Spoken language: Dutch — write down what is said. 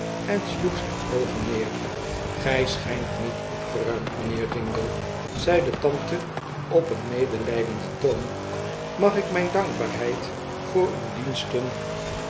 en sloeg zijn oogen neer gij schijnt niet opgeruimd mijnheer jingle zei de tante op een medelijdenden toon mag ik mijn dankbaarheid voor uw diensten